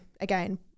again